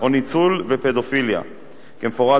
שאותה